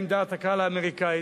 גם עם דעת הקהל האמריקנית,